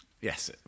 Yes